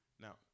Now